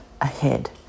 ahead